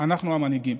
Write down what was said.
אנחנו המנהיגים.